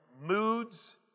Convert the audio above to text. moods